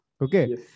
Okay